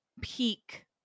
peak